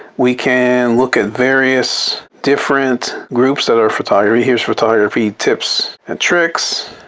we can look at various different groups that are photography. here's photography tips and tricks.